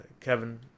kevin